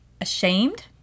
ashamed